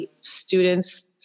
students